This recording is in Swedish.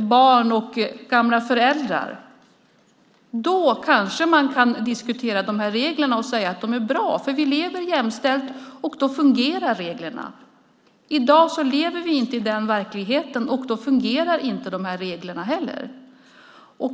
barn och gamla föräldrar kanske man kan diskutera de här reglerna och säga att de är bra. Då lever vi jämställt, och då fungerar reglerna. I dag lever vi inte i den verkligheten, och då fungerar inte heller reglerna.